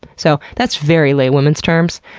so that's very laywomen's terms.